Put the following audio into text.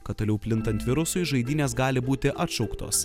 kad toliau plintant virusui žaidynės gali būti atšauktos